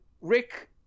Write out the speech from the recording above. Rick